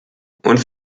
und